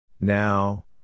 Now